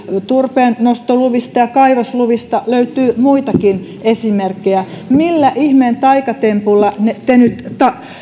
turpeennostoluvista ja kaivosluvista löytyy muitakin esimerkkejä millä ihmeen taikatempulla te nyt